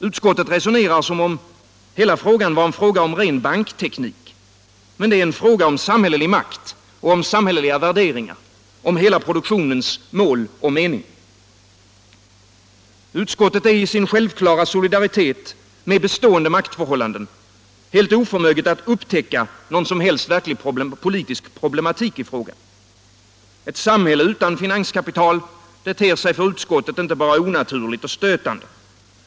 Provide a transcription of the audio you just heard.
Utskottet resonerar som om det hela var en fråga om ren bankteknik. Men det är en fråga om samhällelig makt och om samhälleliga värderingar, om hela produktionens mål och mening. Utskottet är i sin självklara solidaritet med bestående maktförhållanden helt oförmöget att upptäcka någon som helst politisk problematik i frågan. Ett samhälle utan finanskapital ter sig för utskottet inte bara onaturligt och stötande.